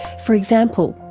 for example,